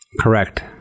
Correct